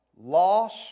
Loss